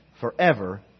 forever